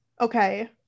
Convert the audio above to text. okay